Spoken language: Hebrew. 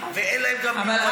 ואין להם מיומנויות.